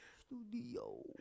Studio